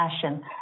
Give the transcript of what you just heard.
passion